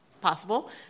possible